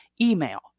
email